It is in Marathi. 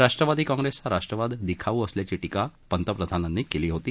राष्ट्रवादी कॉंग्रेसचा राष्ट्रवाद दिखाऊ असल्याची टिका पंतप्रधानांनी केली होती